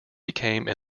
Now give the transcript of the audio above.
became